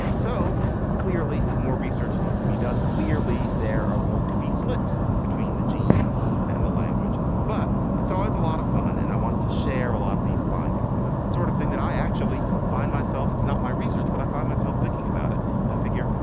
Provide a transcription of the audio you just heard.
so clearly more research needs to be done. clearly, there are going to be slips between the genes and the language, but it's always a lot of fun. and i wanted to share a lot of these findings because the sort of thing that i actually find myself, it's not my research, but i find myself thinking about it. and i figure,